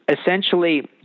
essentially